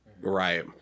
Right